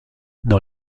dans